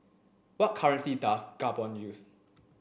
what currency does Gabon use